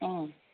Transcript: उम